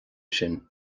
sin